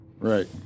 Right